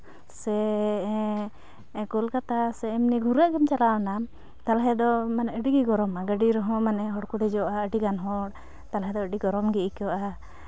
ᱥᱮ ᱠᱳᱞᱠᱟᱛᱟ ᱮᱢᱱᱤ ᱜᱷᱩᱨᱟᱹᱜ ᱜᱮᱢ ᱪᱟᱞᱟᱣᱮᱱᱟᱢ ᱛᱟᱞᱦᱮ ᱫᱚ ᱢᱟᱱᱮ ᱟᱹᱰᱤ ᱜᱮ ᱜᱚᱨᱚᱢᱟ ᱜᱟᱹᱰᱤ ᱨᱮᱦᱚᱸ ᱢᱟᱱᱮ ᱦᱚᱲ ᱠᱚ ᱫᱮᱡᱚᱜᱼᱟ ᱢᱟᱱᱮ ᱟᱹᱰᱤ ᱜᱟᱱ ᱦᱚᱲ ᱛᱟᱞᱦᱮ ᱫᱚ ᱟᱹᱰᱤ ᱜᱚᱨᱚᱢ ᱜᱮ ᱟᱹᱭᱠᱟᱹᱜᱼᱟ